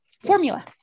formula